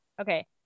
okay